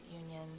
Union